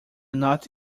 not